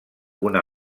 una